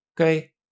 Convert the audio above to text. Okay